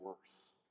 worse